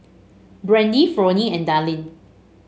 Brandy Fronie and Dallin